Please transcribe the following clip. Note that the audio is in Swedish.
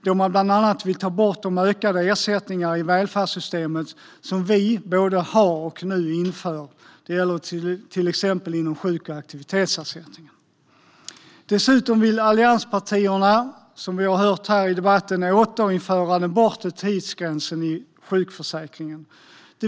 Man vill bland annat ta bort de ökade ersättningarna i välfärdssystemet, både dem vi har och dem vi nu inför. Det gäller till exempel inom sjuk och aktivitetsersättningen. Dessutom vill allianspartierna, som vi har hört här i debatten, återinföra den bortre tidsgränsen i sjukförsäkringen.